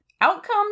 Outcomes